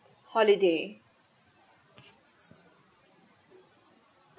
holiday